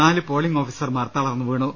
നാലു പോളിംഗ് ഓഫീസർമാർ തളർന്നുവീണു